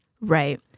Right